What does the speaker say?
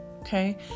Okay